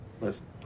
Listen